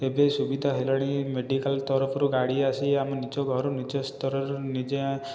ଏବେ ସୁବିଧା ହେଲାଣି ମେଡ଼ିକାଲ ତରଫରୁ ଗାଡ଼ି ଆସି ଆମ ନିଜ ଘରୁ ନିଜ ସ୍ତରରୁ ନିଜେ